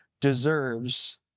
deserves